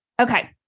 Okay